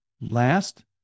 last